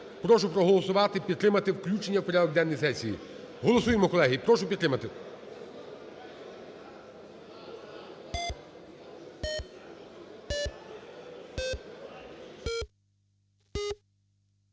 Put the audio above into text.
Прошу проголосувати, підтримати включення в порядок денний сесії. Голосуємо, колеги, прошу підтримати.